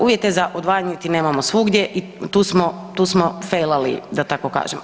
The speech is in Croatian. Uvjete za odvajanje niti nemamo svugdje i to smo failali, da tako kažem.